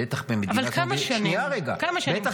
בטח במדינה כמו --- אבל כמה שנים?